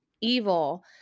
evil